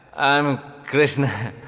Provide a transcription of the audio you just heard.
i'm krishna.